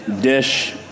dish